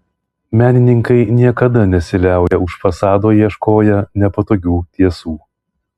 menininkai niekada nesiliauja už fasado ieškoję nepatogių tiesų